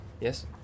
Yes